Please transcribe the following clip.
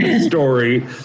story